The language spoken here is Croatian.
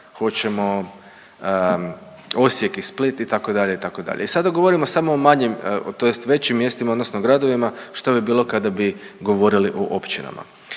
hoćemo Osijek i Split itd., itd. I sada govorimo samo o manjim, tj. većim mjestima odnosno gradovima što bi bilo kada bi govorili o općinama.